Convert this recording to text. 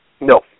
No